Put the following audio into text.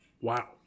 Wow